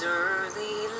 early